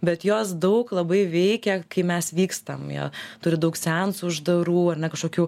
bet jos daug labai veikia kai mes vykstam jo turi daug seansų uždarų ar ne kažkokių